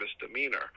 misdemeanor